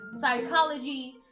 psychology